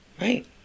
Right